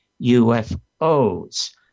UFOs